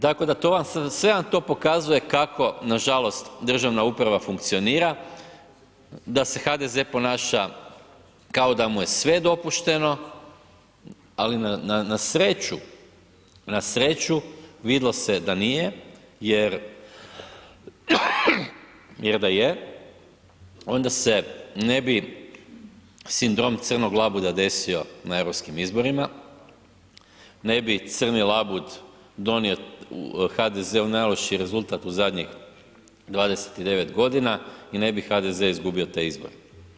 Tako da to vam, sve vam to pokazuje kako nažalost državna uprava funkcionira, da se HDZ ponaša kao da mu je sve dopušteno, ali na sreću, na sreću vidlo se da nije jer da je onda se ne bi sindrom crnog labuda desio na europskim izborima, ne bi crni labud donio HDZ-u najlošiji rezultat u zadnjih 29 godina i ne bi HDZ izgubio te izbore.